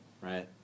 right